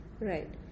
Right